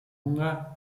hunger